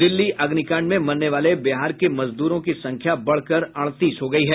दिल्ली अग्निकांड में मरने वाले बिहार के मजदूरों की संख्या बढ़कर अड़तीस हो गयी है